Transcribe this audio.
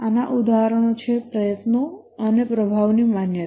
આનાં ઉદાહરણો છે પ્રયત્નો અને પ્રભાવની માન્યતા